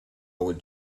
would